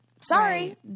Sorry